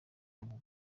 google